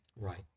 Right